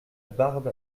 barbe